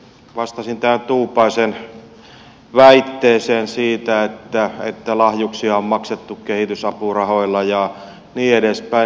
vastaisin tähän tuupaisen väitteeseen siitä että lahjuksia on maksettu kehitysapurahoilla ja niin edespäin